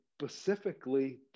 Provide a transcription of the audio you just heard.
specifically